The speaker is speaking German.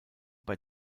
bei